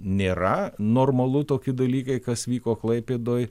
nėra normalu tokie dalykai kas vyko klaipėdoj